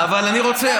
מכאן והלאה.